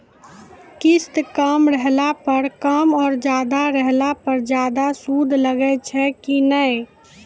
किस्त कम रहला पर कम और ज्यादा रहला पर ज्यादा सूद लागै छै कि नैय?